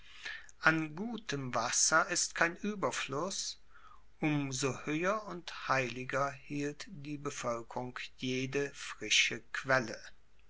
an gutem wasser ist kein ueberfluss um so hoeher und heiliger hielt die bevoelkerung jede frische quelle